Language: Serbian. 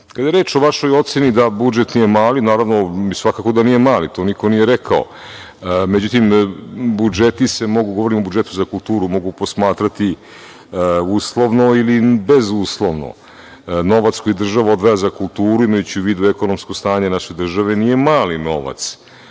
je reč o vašoj oceni da budžet nije mali, naravno svakako da nije mali. To niko nije rekao. Međutim, budžeti se mogu, govorim o budžetu za kulturu, mogu posmatrati uslovno ili bezuslovno. Novac koji država odvaja za kulturu imajući u vidu ekonomsko stanje naše države nije mali novac,